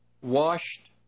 washed